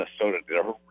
Minnesota